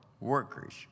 workers